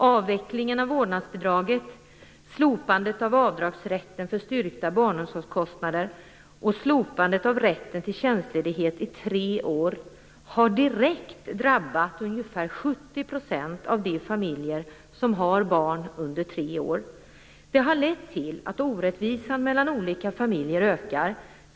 Avvecklingen av vårdnadsbidraget, slopandet av avdragsrätten för styrkta barnomsorgskostnader och slopandet av rätten till tjänstledighet i tre år har direkt drabbat ungefär 70 % av de familjer som har barn under tre år. Det har lett till att orättvisan mellan olika familjer ökar.